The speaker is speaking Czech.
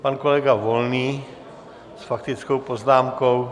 Pan kolega Volný s faktickou poznámkou.